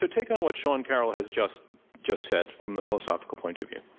take on what sean carroll has just just said, from the philosophical point of view.